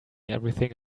everything